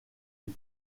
les